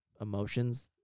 emotions